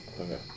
Okay